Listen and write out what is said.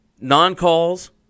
Non-calls